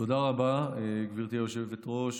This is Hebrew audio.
תודה רבה, גברתי היושבת-ראש.